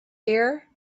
here